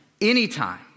Anytime